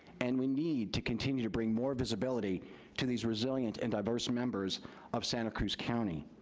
and we need to continue to bring more visibility to these resilient and diverse members of santa cruz county,